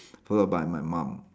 followed by my mum